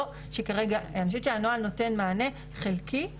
אני חושבת שהנוהל נותן מענה חלקי,